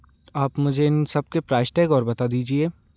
आप मुझे इन सबके प्राइश टैग और बता दीजिए